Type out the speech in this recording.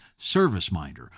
ServiceMinder